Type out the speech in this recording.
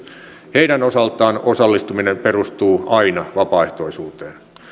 heidän osaltaan osallistuminen perustuu aina vapaaehtoisuuteen